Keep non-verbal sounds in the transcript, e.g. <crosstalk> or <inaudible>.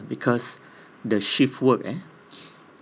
because the shift work eh <breath>